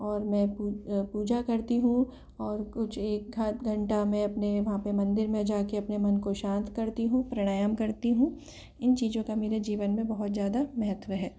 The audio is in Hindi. और मैं पूजा करती हूँ और कुछ एक आध घंटा मैं अपने वहाँ पर मंदिर में जाकर अपने मन को शांत करती हूँ प्राणायाम करती हूँ इन चीज़ों का मेरे जीवन में बहुत ज़्यादा महत्व है